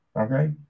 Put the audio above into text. okay